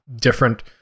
different